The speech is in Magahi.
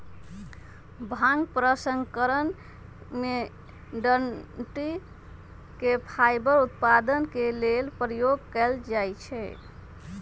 भांग प्रसंस्करण में डनटी के फाइबर उत्पादन के लेल प्रयोग कयल जाइ छइ